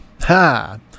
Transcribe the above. Ha